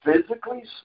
physically